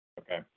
Okay